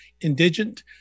Indigent